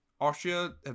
austria